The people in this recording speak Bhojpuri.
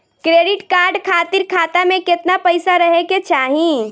क्रेडिट कार्ड खातिर खाता में केतना पइसा रहे के चाही?